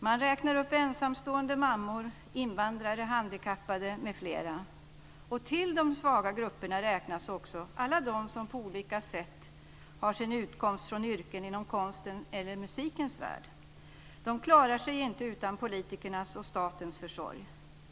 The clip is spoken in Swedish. Man räknar upp ensamstående mammor, invandrare, handikappade, m.fl. Och till de svaga grupperna räknas också alla dem som på olika sätt har sin utkomst från yrken inom konstens eller musikens värld. De klarar sig inte utan politikernas och statens försorg.